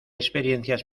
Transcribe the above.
experiencias